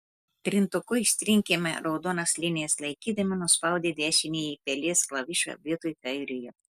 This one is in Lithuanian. trintuku ištrinkime raudonas linijas laikydami nuspaudę dešinįjį pelės klavišą vietoj kairiojo